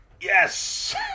Yes